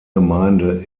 gemeinde